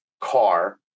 car